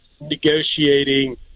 negotiating